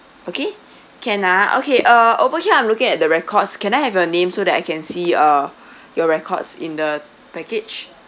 okay can ah okay uh over here I'm looking at the records can I have your name so that I can see uh your records in the package